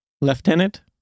Lieutenant